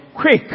quick